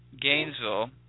Gainesville